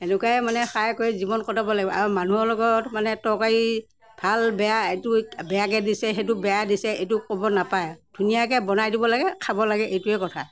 সেনেকুৱাই মানে খাই কৰি জীৱন কটাব লাগিব আৰু মানুহৰ লগত মানে তৰকাৰী ভাল বেয়া এইটো বেয়াকৈ দিছে সেইটো বেয়া দিছে এইটো ক'ব নাপায় ধুনীয়াকৈ বনাই দিব লাগে খাব লাগে এইটোৱে কথা